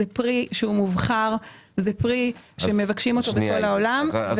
זה פרי מובחר שמבקשים אותו בכל העולם.